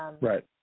Right